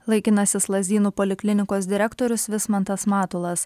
laikinasis lazdynų poliklinikos direktorius vismantas matulas